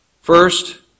First